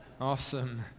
Awesome